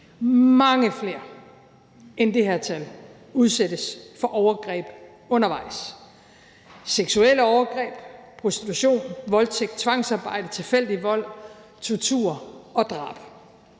Mange flere end det her tal udsættes for overgreb undervejs: seksuelle overgreb, prostitution, voldtægt, tvangsarbejde, tilfældig vold, tortur og drab.